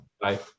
Bye